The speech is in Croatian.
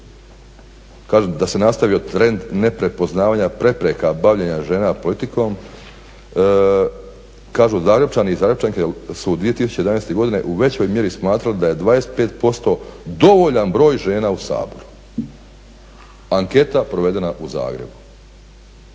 da se nastavio trend neprepoznavanja prepreka bavljenja žena politikom. Kažu Zagrepčani i Zagrepčanke da su 2011. godine u većoj mjeri smatrali da je 25% dovoljan broj žena u Saboru. Ankete provedena u Zagrebu,